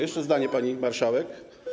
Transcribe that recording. Jeszcze zdanie, pani marszałek.